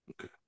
Okay